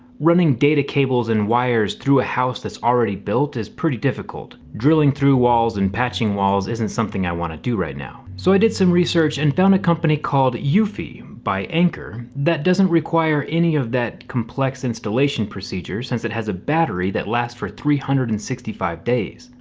running data cables and wires through a house that's already built is pretty difficult. drilling through walls and patching walls isn't something i want to do right now. so i did some research and found a company called eufy by anker that doesn't require any of that complex installation procedure since it has a battery that lasts for three hundred and sixty five days.